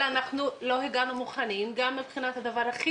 אלא אנחנו לא הגענו מוכנים גם מבחינת הדבר הכי